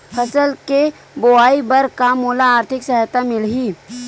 फसल के बोआई बर का मोला आर्थिक सहायता मिलही?